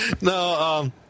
No